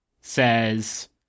says